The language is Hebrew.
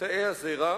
תאי הזרע.